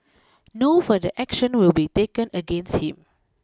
no further action will be taken against him